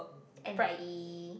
n_i_e